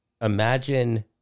imagine